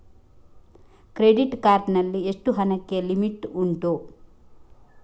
Credit card ನಲ್ಲಿ ಎಷ್ಟು ಹಣಕ್ಕೆ ಲಿಮಿಟ್ ಉಂಟು?